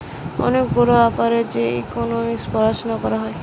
অনেক বড় আকারে যে ইকোনোমিক্স পড়াশুনা করা হয়